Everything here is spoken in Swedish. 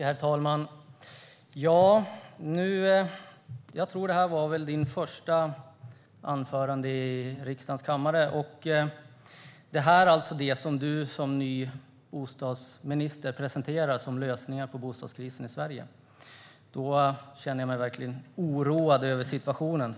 Herr talman! Jag tror att det här var din första debatt som statsråd i riksdagens kammare, Peter Eriksson. Om det här är det som du som ny bostadsminister presenterar som lösningar på bostadskrisen i Sverige känner jag mig verkligen oroad över situationen.